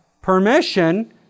Permission